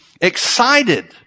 excited